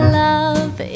love